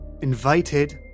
invited